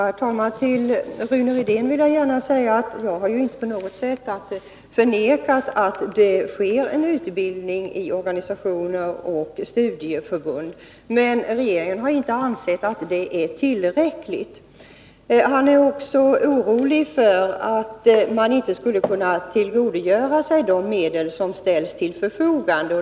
Herr talman! Till Rune Rydén vill jag gärna säga att jag inte på något sätt förnekat att det redan sker en viss utbildning i organisationer och studieförbund. Men regeringen har inte ansett att det är tillräckligt. Rune Rydén är också orolig för att man inte skall kunna tillgodogöra sig de medel som ställs till förfogande.